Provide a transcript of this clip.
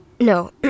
No